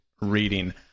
reading